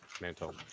mantle